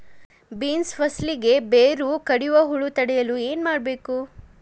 Beans ಫಸಲಿಗೆ ಬೇರು ಕಡಿಯುವ ಹುಳು ತಡೆಯಲು ಏನು ಮಾಡಬೇಕು?